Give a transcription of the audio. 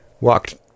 walked